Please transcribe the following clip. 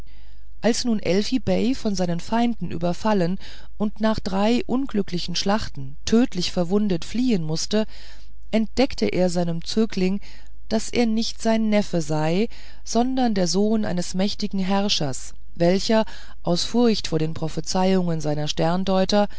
als nun elfi bei von seinen feinden überfallen und nach drei unglücklichen schlachten tödlich verwundet fliehen mußte entdeckte er seinem zögling daß er nicht sein neffe sei sondern der sohn eines mächtigen herrschers welcher aus furcht vor den prophezeiungen seiner